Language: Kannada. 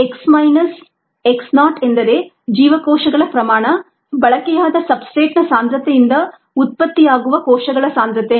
x ಮೈನಸ್ x ನಾಟ್ ಎಂದರೆ ಜೀವಕೋಶಗಳ ಪ್ರಮಾಣ ಬಳಕೆಯಾದ ಸಬ್ಸ್ಟ್ರೇಟ್ನ ಸಾಂದ್ರತೆಯಿಂದ ಉತ್ಪತ್ತಿಯಾಗುವ ಕೋಶಗಳ ಸಾಂದ್ರತೆ